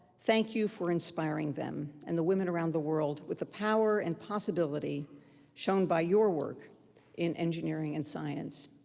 thank you for inspiring them and the women around the world with the power and possibility shown by your work in engineering and science.